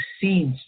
seeds